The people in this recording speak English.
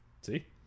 see